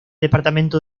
departamento